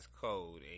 code